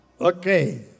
Okay